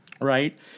right